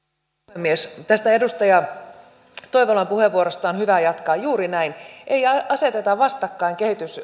puhemies tästä edustaja toivolan puheenvuorosta on hyvä jatkaa juuri näin ei aseteta vastakkain